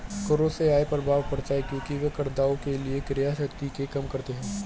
करों से आय प्रभाव पड़ता है क्योंकि वे करदाताओं के लिए क्रय शक्ति को कम करते हैं